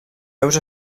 heus